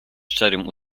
szczerym